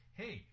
hey